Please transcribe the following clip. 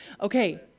Okay